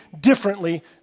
differently